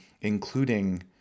including